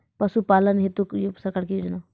पशुपालन हेतु सरकार की योजना?